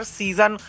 season